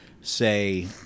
say